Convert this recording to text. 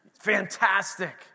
Fantastic